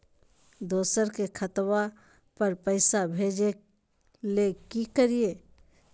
दोसर के खतवा पर पैसवा भेजे ले कि करिए?